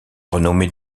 renommée